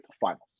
finals